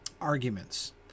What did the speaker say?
arguments